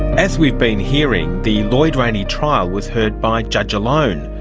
as we've been hearing, the lloyd rayney trial was heard by judge alone.